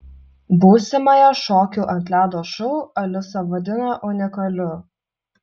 būsimąją šokių ant ledo šou alisa vadina unikaliu